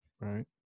Right